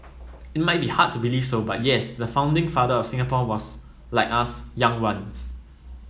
it might be hard to believe so but yes the founding father of Singapore was like us young once